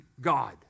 God